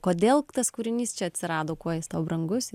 kodėl tas kūrinys čia atsirado kuo jis tau brangus